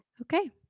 okay